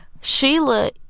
Sheila